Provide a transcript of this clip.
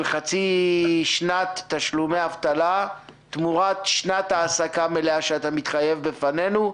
חצי שנת תשלומי אבטלה תמורת שנת העסקה מלאה שאתה מתחייב בפנינו,